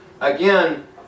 again